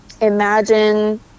imagine